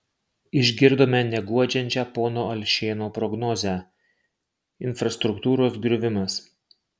išgirdome neguodžiančią pono alšėno prognozę infrastruktūros griuvimas